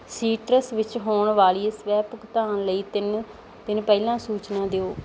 ਸੀਟਰਸ ਵਿੱਚ ਹੋਣ ਵਾਲੀ ਸਵੈ ਭੁਗਤਾਨ ਲਈ ਤਿੰਨ ਦਿਨ ਪਹਿਲਾਂ ਸੂਚਨਾ ਦਿਓ